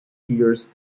gears